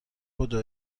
بدو